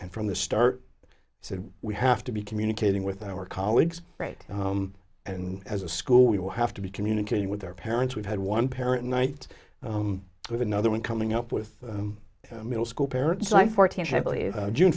and from the start so we have to be communicating with our colleagues right and as a school we will have to be communicating with their parents we've had one parent night with another one coming up with middle school parents